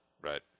Right